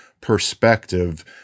perspective –